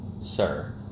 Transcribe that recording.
Sir